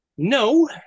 No